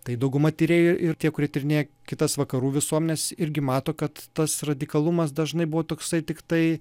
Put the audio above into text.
tai dauguma tyrėjų ir tie kurie tyrinėja kitas vakarų visuomenes irgi mato kad tas radikalumas dažnai buvo toksai tiktai